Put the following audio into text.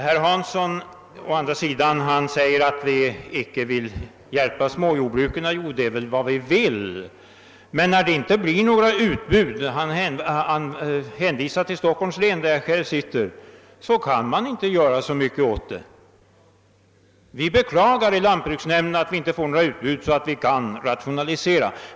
Herr Hansson i Skegrie säger å andra sidan att vi inte vill hjälpa småjordbruken. Jo det är vad vi vill. När det inte finns något utbud — herr Hansson hänvisade därvidlag till Stockholms län, som jag själv representerar — kan vi emellertid inte göra så mycket åt det. Vi beklagar i lantbruksnämnden att det inte finns något utbud, så att vi kan göra rationaliseringar.